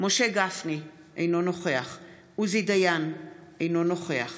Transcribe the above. משה גפני, אינו נוכח עוזי דיין, אינו נוכח